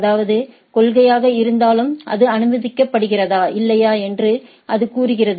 அதாவது கொள்கையாக இருந்தாலும் அது அனுமதிக்கப்படுகிறதா இல்லையா என்று அது கூறுகிறது